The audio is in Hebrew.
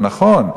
זה נכון,